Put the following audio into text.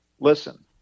Listen